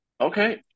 Okay